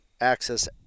access